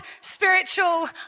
spiritual